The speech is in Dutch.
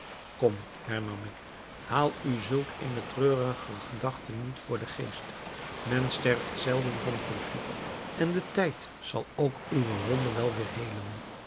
kom hernam ik haal u zulk eene treurige gedachte niet voor den geest men sterft zelden van verdriet en de tijd zal ook uwe wonde wel weêr heelen